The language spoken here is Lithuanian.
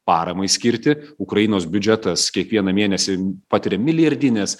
paramai skirti ukrainos biudžetas kiekvieną mėnesį patiria milijardines